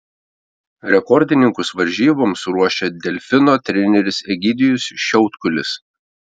rekordininkus varžyboms ruošia delfino treneris egidijus šiautkulis